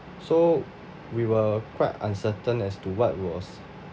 so we were quite uncertain as to what was